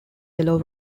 yellow